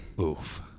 Oof